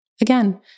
Again